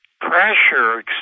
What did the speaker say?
pressure